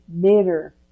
bitter